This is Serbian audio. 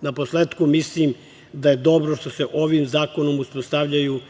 Naposletku, mislim da je dobro što se ovim zakonom uspostavljaju